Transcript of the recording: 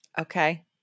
Okay